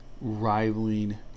rivaling